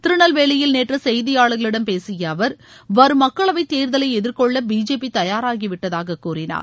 திருநெல்வேலியில் நேற்று செய்தியாளர்களிடம் பேசிய அவர் வரும் மக்களவைத் தேர்தலை எதிர்கொள்ள பிஜேபி தயாராகி விட்டதாகக் கூறினார்